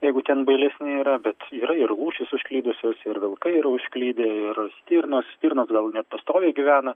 jeigu ten bailesni yra bet yra ir lūšys užklydusios ir vilkai yra užklydę ir stirnos stirnos gal net pastoviai gyvena